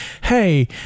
hey